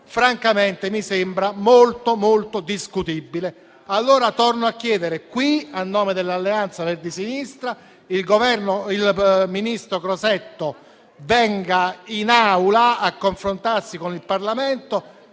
francamente mi sembra davvero molto discutibile. Pertanto, torno a chiedere qui a nome dell'Alleanza Verdi e Sinistra che il ministro Crosetto venga in Aula a confrontarsi con il Parlamento,